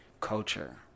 Culture